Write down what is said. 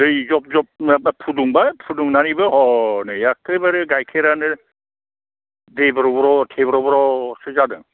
दै जब जब फुदुंबाय फुदुंनानैबो हनै एख्खेबारे गाइखेरानो दैब्रब्र' थैब्रब्र'सो जादों